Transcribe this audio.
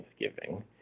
Thanksgiving